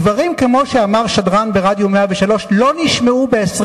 דברים כמו שאמר שדרן ברדיו 103 לא נשמעו ב-20